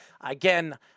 again